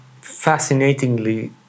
fascinatingly